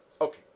Okay